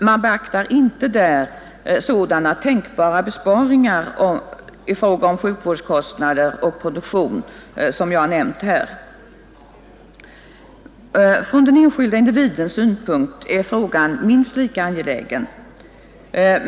Man beaktar inte sådana tänkbara besparingar i fråga om sjukvårdskostnader och produktion som jag nämnt här. Från den enskilde individens synpunkt är frågan minst lika angelägen.